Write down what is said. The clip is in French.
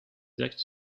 actes